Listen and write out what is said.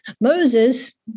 Moses